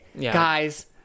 guys